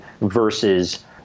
versus